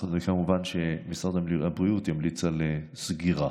כמובן שמשרד הבריאות ימליץ על סגירה.